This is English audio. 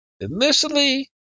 initially